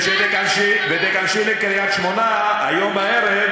וכשתיכנסי לקריית-שמונה היום בערב,